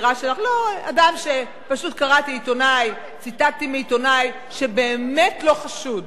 פשוט ציטטתי עיתונאי שבאמת לא חשוד